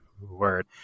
word